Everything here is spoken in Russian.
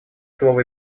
слово